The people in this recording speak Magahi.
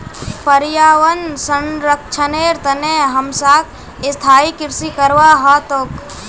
पर्यावन संरक्षनेर तने हमसाक स्थायी कृषि करवा ह तोक